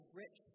rich